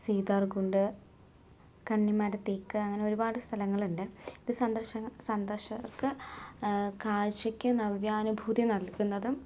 സീതാർകുണ്ട് കന്നിമര തേക്ക് അങ്ങനെ ഒരുപാട് സ്ഥലങ്ങളുണ്ട് ഇത് സന്ദർശനം സന്ദർശകർക്ക് കാഴ്ചയ്ക്ക് നവ്യാനുഭൂതി നൽകുന്നതും